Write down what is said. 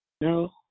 No